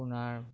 আপোনাৰ